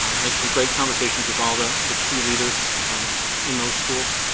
um had some great conversations with all the the key leaders in those schools.